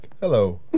Hello